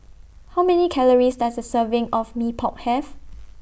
How Many Calories Does A Serving of Mee Pok Have